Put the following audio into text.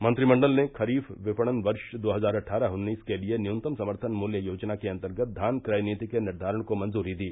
मंत्रिमंडल ने खरीफ विपणन वर्ष दो हजार अटठारह उन्नीस के लिए न्यूनतम समर्थन मूल्य योजना के अन्तर्गत धान क्रय नीति के निर्धारण को मंजूरी दी